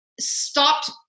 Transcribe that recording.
stopped